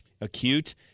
acute